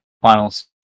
finals